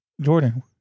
Jordan